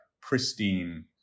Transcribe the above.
pristine